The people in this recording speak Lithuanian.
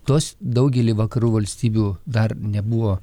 tos daugely vakarų valstybių dar nebuvo